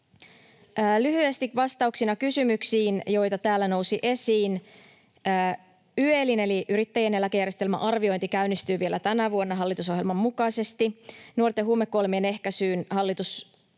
Lyhyesti vastauksina kysymyksiin, joita täällä nousi esiin. YELin eli yrittäjien eläkejärjestelmän arviointi käynnistyy vielä tänä vuonna hallitusohjelman mukaisesti. Nuorten huumekuolemien ehkäisyyn hallitus lisää